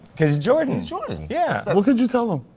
he's jordan. he's jordan. yeah. what could you tell him?